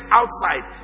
outside